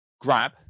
grab